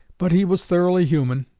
but he was thoroughly human,